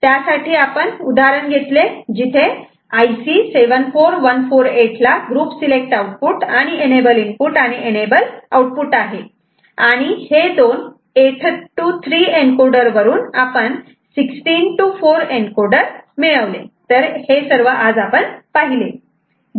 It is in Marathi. त्यासाठी आपण उदाहरण घेतले जिथे IC 74148 ला ग्रुप सिलेक्ट आउटपुट आणि एनेबल इनपुट आणि एनेबल आउटपुट आहे आणि हे दोन 8 to 3 एनकोडर वरून आपण 16 to 4 एनकोडर मिळवले